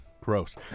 gross